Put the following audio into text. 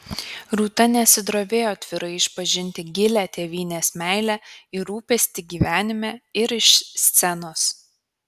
rūta nesidrovėjo atvirai išpažinti gilią tėvynės meilę ir rūpestį gyvenime ir iš scenos